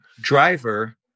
driver